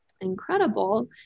incredible